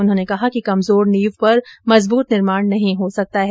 उन्होंने कहा कि कमजोर नींव पर मजबूत निर्माण नहीं हो सकता है